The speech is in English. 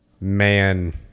man